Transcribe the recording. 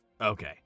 Okay